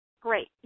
great